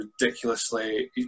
ridiculously